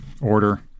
order